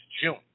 June